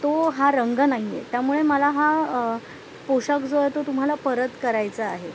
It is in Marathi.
तो हा रंग नाही आहे त्यामुळे मला हा पोशाख जो आहे तो तुम्हाला परत करायचा आहे